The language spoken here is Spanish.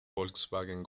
volkswagen